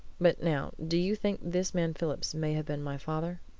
but now do you think this man phillips may have been my father?